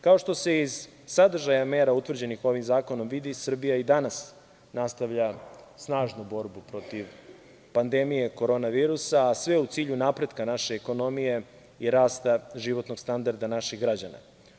Kao što se iz sadržaja mera utvrđenih ovim zakonom vidi, Srbija i danas nastavlja snažnu borbu protiv pandemije korona virusa, a sve u cilju napretka naše ekonomije i rasta životnog standarda naših građana.